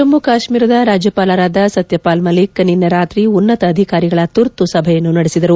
ಜಮ್ಮು ಕಾಶ್ಮೀರದ ರಾಜ್ಯಪಾಲರಾದ ಸತ್ಯಪಾಲ್ ಮಲ್ಲಿಕ್ ನಿನ್ನೆ ರಾತ್ರಿ ಉನ್ನತ ಅಧಿಕಾರಿಗಳ ತುರ್ತು ಸಭೆಯನ್ನು ನಡೆಸಿದರು